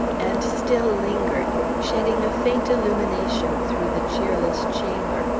and still lingered, shedding a faint illumination through the cheerless chamber,